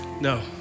No